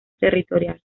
territorial